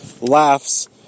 laughs